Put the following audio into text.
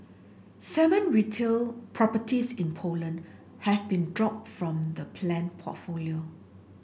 seven retail properties in Poland have been dropped from the planned portfolio